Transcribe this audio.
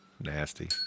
Nasty